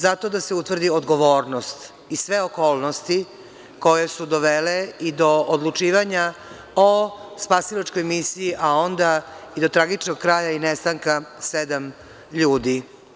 Zato da se utvrdi odgovornost i sve okolnosti koje su dovele i do odlučivanja o spasilačkoj misiji, a onda i do tragičnog kraja i nestanka sedam ljudi.